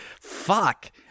Fuck